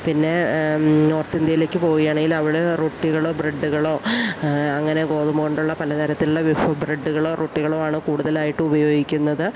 പിന്നെ നോർത്ത് ഇന്ത്യയിലേക്ക് പോകുകയാണേൽ അവിടെ റൊട്ടികളോ ബ്രെഡുകളോ അങ്ങനെ ഗോതമ്പ് കൊണ്ടുള്ള പലതരത്തിലുള്ള വിഭവം ബ്രെഡുകളോ റൊട്ടികളോ ആണ് കൂടുതലായിട്ടും ഉപയോഗിക്കുന്നത്